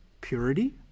purity